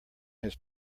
his